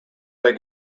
they